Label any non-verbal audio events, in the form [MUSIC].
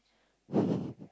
[LAUGHS]